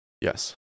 yes